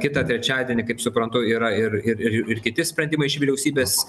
kitą trečiadienį kaip suprantu yra ir ir ir ir kiti sprendimai iš vyriausybės